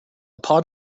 pot